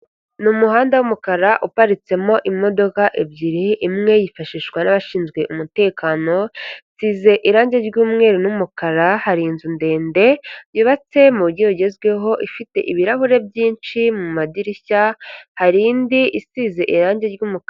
Ni umuhanda w'umukara uparitsemo imodoka ebyiri, imwe yifashishwa n'abashinzwe umutekano isize irange ry'umweru n'umukara hari inzu ndende yubatse mu mujyi ugezweho, ifite ibirahure byinshi mu madirishya hari indi isize irangi ry'umukara.